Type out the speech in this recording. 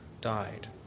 died